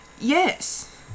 Yes